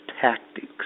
tactics